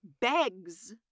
begs